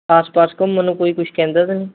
ਆਸ ਪਾਸ ਘੁੰਮਣ ਨੂੰ ਕੋਈ ਕੁਛ ਕਹਿੰਦਾ ਤਾਂ ਨਹੀ